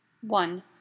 One